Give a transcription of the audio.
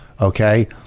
okay